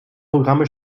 programme